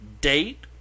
date